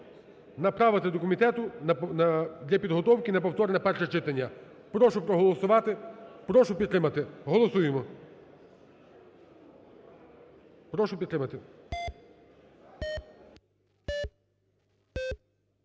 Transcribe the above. Направити до комітету для підготовки на повторне перше читання. Прошу проголосувати. Прошу підтримати. Голосуємо! Прошу підтримати.